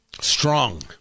strong